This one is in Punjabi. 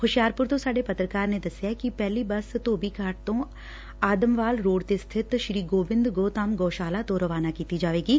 ਹੁਸ਼ਿਆਰਪੁਰ ਤੋਂ ਸਾਡੇ ਪੱਤਰਕਾਰ ਨੇ ਦਸਿਆ ਕਿ ਪਹਿਲੀ ਬੱਸ ਧੋਬੀ ਘਾਟ ਤੋਂ ਆਦਮਵਾਲ ਰੋਡ ਤੇ ਸਬਿਤ ਸ੍ਰੀ ਗੋਬਿੰਦ ਗੋਧਾਮ ਗੋਸ਼ਾਲਾ ਤੋਂ ਰਵਾਨਾ ਕੀਤਾ ਜਾਏਗੀ